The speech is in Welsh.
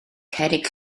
cerrig